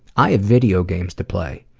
i have video games to play.